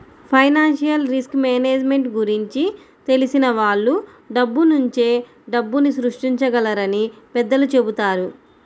financial risk management గురించి తెలిసిన వాళ్ళు డబ్బునుంచే డబ్బుని సృష్టించగలరని పెద్దలు చెబుతారు